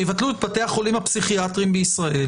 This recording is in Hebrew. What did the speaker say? שיבטלו את בתי החולים הפסיכיאטרים בישראל